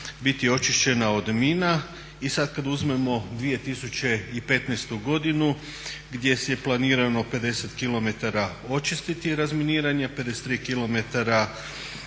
biti očišćena od mina. I sad kad uzmemo 2015. godinu gdje je planirano 50 km očistiti i razminirati, 53 km